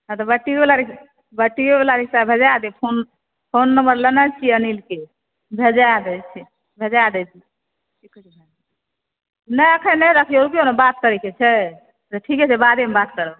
हँ तऽ बैटिक वाला रिक्शा बैटिके वाला रिक्शा भेजाए दी फोन नम्बर लेने छियै अनिल के भेजाए दै छी भेजाए दै छी नहि एखन नहि रखियौ रुकियौ ने बात करै के छै तऽ ठीके छै बादेमे बात करब